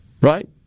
right